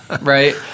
right